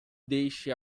deixe